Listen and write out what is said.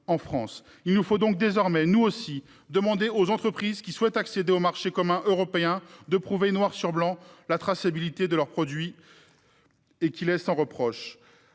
Il nous faut donc désormais, nous aussi, demander aux entreprises souhaitant accéder au marché commun européen de prouver que la traçabilité de leurs produits est sans reproche.